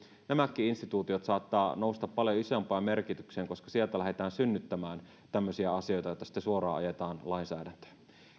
nämäkin instituutiot saattavat nousta paljon isompaan merkitykseen koska sieltä lähdetään synnyttämään tämmöisiä asioita joita sitten suoraan ajetaan lainsäädäntöön